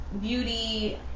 Beauty